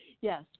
yes